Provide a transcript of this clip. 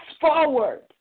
forward